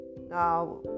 now